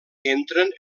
entren